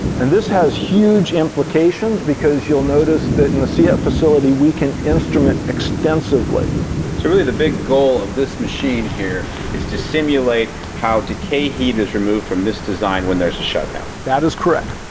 and this has huge implications because you'll notice that in the ciet facility we can instrument extensively. so really, the big goal of this machine here is to simulate how decay heat is removed from this design when there's a shutdown. that is correct.